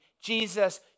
Jesus